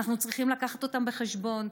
ואנחנו צריכים להביא אותם בחשבון.